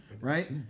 Right